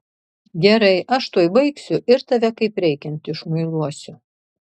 gerai aš tuoj baigsiu ir tave kaip reikiant išmuiluosiu